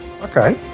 okay